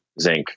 zinc